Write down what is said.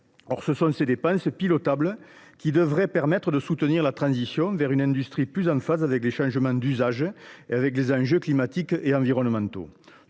Or ce sont ces dépenses pilotables qui devraient permettre de soutenir la transition vers une industrie plus en phase avec les changements d’usage et avec les enjeux climatiques et environnementaux.